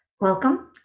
Welcome